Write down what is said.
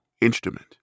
instrument